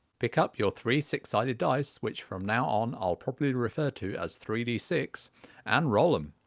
pick up your three six sided dice, which from now on i'll probably refer to as three d six and roll them.